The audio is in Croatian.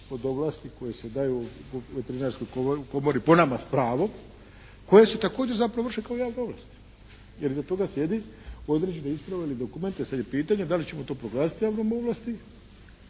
od ovlasti koje se daju Veterinarskoj komori, po nama s pravom, koje se također zapravo vrše kao javne ovlasti, jer iza toga slijedi određene isprave ili dokumente, sad je pitanje da li ćemo to proglasiti javnom ovlasti